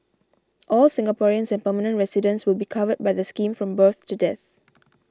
all Singaporeans and permanent residents will be covered by the scheme from birth to death